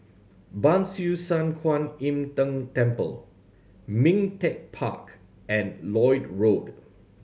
Ban Siew San Kuan Im Tng Temple Ming Teck Park and Lloyd Road